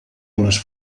unes